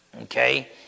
Okay